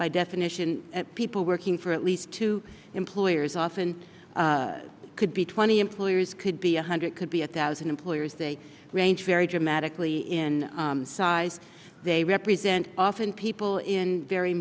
by definition people working for at least two employers often could be twenty employ yours could be a hundred could be a thousand employers they range very dramatically in size they represent often people in very